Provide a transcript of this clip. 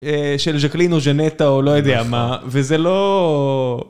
של ג'קלינו ג'נטה או לא יודע מה, וזה לא...